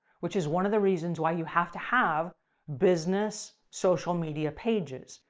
which is one of the reasons why you have to have business social media pages?